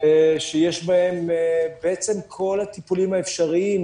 שיש בהם בעצם כל הטיפולים האפשריים,